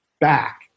back